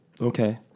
Okay